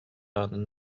аанын